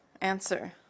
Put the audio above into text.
answer